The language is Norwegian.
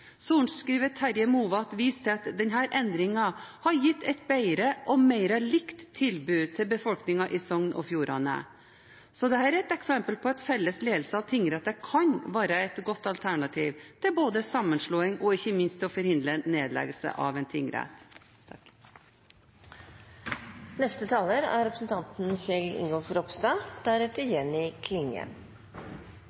Terje Mowatt viser til at denne endringen har gitt et bedre og mer likt tilbud til befolkningen i Sogn og Fjordane. Så dette er et eksempel på at felles ledelse av tingretter kan være et godt alternativ til både sammenslåing og ikke minst å forhindre nedleggelse av en tingrett.